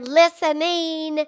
listening